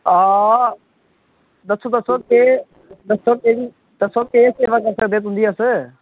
आं दस्सो दस्सो केह् दस्सो केह्ड़ी दस्सो केह् सेवा करी सकदे तुंदी अस